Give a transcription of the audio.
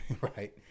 Right